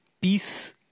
peace